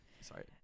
Sorry